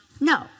no